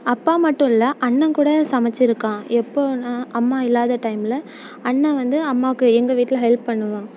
அப்பா மட்டும் இல்லை அண்ணன் கூட சமைச்சுருக்கான் எப்போன்னா அம்மா இல்லாத டைமில் அண்ண வந்து அம்மாவுக்கு எங்கள் வீட்டில் ஹெல்ப் பண்ணுவான்